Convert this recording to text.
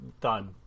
done